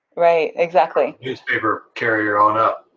right, exactly. newspaper carrier on up.